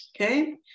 okay